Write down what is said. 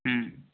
হুম